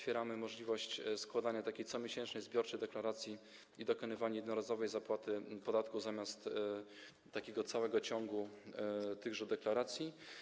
Dajemy możliwość składania takiej comiesięcznej, zbiorczej deklaracji i dokonywania jednorazowej zapłaty podatku zamiast całego ciągu tychże deklaracji.